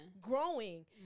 growing